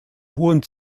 hohen